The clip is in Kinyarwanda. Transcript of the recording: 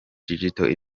digital